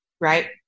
right